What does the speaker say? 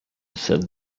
said